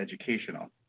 educational